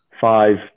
Five